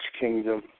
kingdom